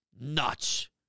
nuts